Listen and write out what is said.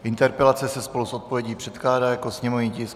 Interpelace se spolu s odpovědí předkládá jako sněmovní tisk 684.